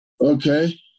Okay